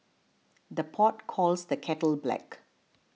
the pot calls the kettle black